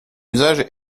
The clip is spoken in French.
usage